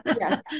yes